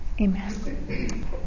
Amen